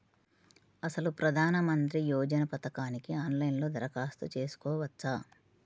అసలు ప్రధాన మంత్రి యోజన పథకానికి ఆన్లైన్లో దరఖాస్తు చేసుకోవచ్చా?